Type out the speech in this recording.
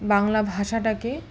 বাংলা ভাষাটাকে